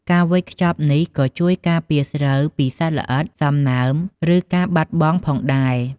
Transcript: ការវេចខ្ចប់នេះក៏ជួយការពារស្រូវពីសត្វល្អិត សំណើម ឬការបាត់បង់ផងដែរ។